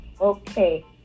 Okay